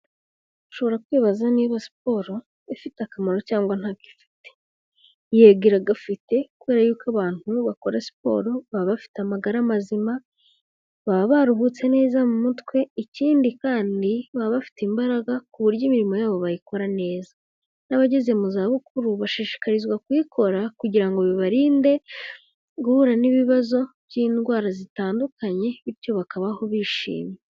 Ushobora kwibaza niba siporo ifite akamaro cyangwa ntako ifite? Yego iragafite kubera yuko abantu bakora siporo baba bafite amagara mazima baba baruhutse neza mu mutwe ikindi kandi baba bafite imbaraga ku buryo imirimo yabo bayikora neza n'abageze mu zabukuru bashishikarizwa kuyikora kugira ngo bibarinde guhura n'ibibazo by'indwara zitandukanye bityo bakabaho bishimye.